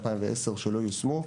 2010 שלא יושמו,